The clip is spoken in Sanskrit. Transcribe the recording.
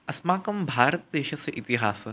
अस्माकं भारतदेशस्य इतिहासः